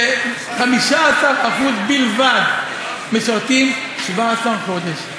ש-15% בלבד משרתים 17 חודש,